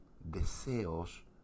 deseos